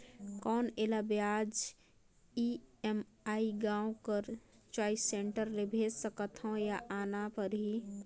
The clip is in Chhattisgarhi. कौन एला ब्याज ई.एम.आई गांव कर चॉइस सेंटर ले भेज सकथव या आना परही?